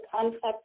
concept